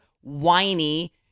whiny